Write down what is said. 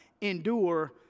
endure